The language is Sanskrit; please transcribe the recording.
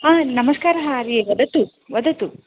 नमस्कारः आर्ये वदतु वदतु